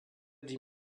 die